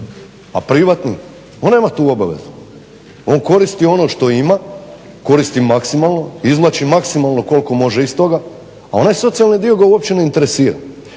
A privatni? Ona ima tu obaveza. On koristi ono što ima, koristi maksimalno, izvlači maksimalno koliko može iz toga, a onaj socijalni dio ga uopće ne interesira.